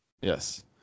Yes